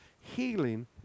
Healing